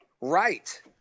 Right